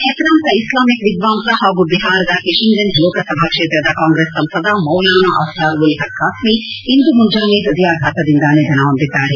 ಪೆಸರಾಂತ Islamic ವಿದ್ವಾಂಸ ಹಾಗೂ ಬಿಹಾರದ ಕಿಷನ್ಗಂಜ್ ಲೋಕಸಭಾ ಕ್ಷೇತ್ರದ ಕಾಂಗ್ರೆಸ್ ಸಂಸದ ಮೌಲಾನ ಅಸ್ತಾರ್ ಉಲ್ ಪಕ್ ಖಾಸ್ಮೀ ಇಂದು ಮುಂಜಾನೆ ಪೈದಯಾಘಾತದಿಂದ ನಿಧನ ಹೊಂದಿದ್ದಾರೆ